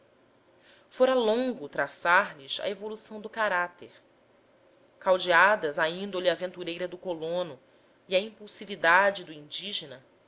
fora longo traçar lhes a evolução do caráter caldeadas a índole aventureira do colono e a impulsividade do indígena